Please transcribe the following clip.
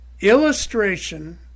Illustration